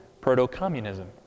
proto-communism